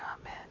Amen